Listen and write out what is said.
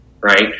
right